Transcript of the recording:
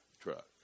truck